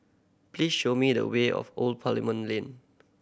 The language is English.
please show me the way of Old Parliament Lane